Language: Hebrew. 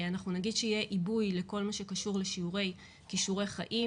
אנחנו נגיד שיהיה עיבוי לכל מה שקשור לשיעורי כישורי חיים,